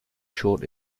short